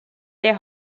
their